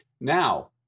Now